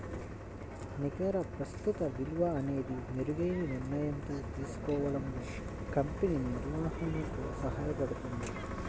నికర ప్రస్తుత విలువ అనేది మెరుగైన నిర్ణయం తీసుకోవడంలో కంపెనీ నిర్వహణకు సహాయపడుతుంది